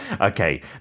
Okay